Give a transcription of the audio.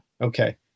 Okay